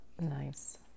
Nice